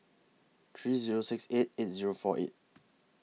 three Zero six eight eight Zero four eight